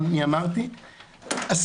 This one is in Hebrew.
אני אמרתי שעשינו,